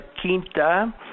Quinta